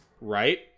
Right